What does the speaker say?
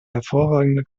hervorragende